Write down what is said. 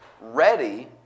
ready